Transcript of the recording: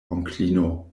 onklino